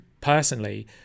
personally